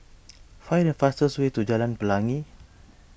find the fastest way to Jalan Pelangi